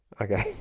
okay